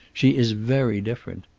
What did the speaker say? she is very different.